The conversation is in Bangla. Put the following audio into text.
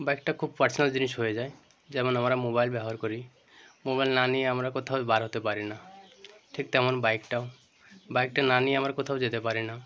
বাইকটা খুব পার্সোনাল জিনিস হয়ে যায় যেমন আমরা মোবাইল ব্যবহার করি মোবাইল না নিয়ে আমরা কোথাও বার হতে পারি না ঠিক তেমন বাইকটাও বাইকটা না নিয়ে আমরা কোথাও যেতে পারি না